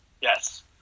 Yes